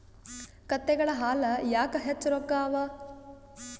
ಕತ್ತೆಗಳ ಹಾಲ ಯಾಕ ಹೆಚ್ಚ ರೊಕ್ಕ ಅವಾ?